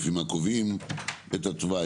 לפי מה קובעים את התוואי,